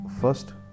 First